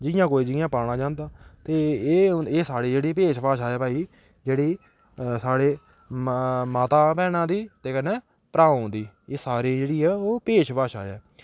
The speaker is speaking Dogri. जियां कोई जियां पाना चांह्दा ते एह् हून साढ़ा भेश भाशा ऐ भाई जेह्ड़ी साढ़े माता भैनां दी ते कन्नै भ्राऊ दी एह् सारी जेह्ड़ी ऐ ओह् भेश भाशा ऐ